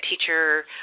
teacher